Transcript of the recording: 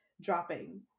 dropping